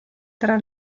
tra